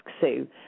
Sue